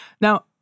Now